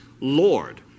Lord